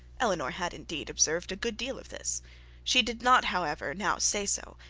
eleanor had indeed observed a good deal of this she did not however now say so,